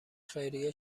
خیریه